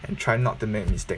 and try not to make mistake